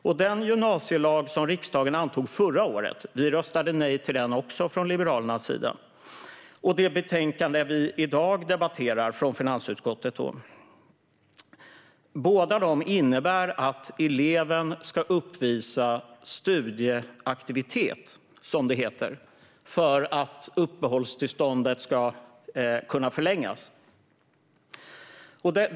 Både den gymnasielag som riksdagen antog förra året - vi röstade nej till den också från Liberalernas sida - och det betänkande från finansutskottet vi i dag debatterar innebär att eleven ska uppvisa studieaktivitet, som det heter, för att uppehållstillståndet ska kunna förlängas.